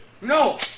No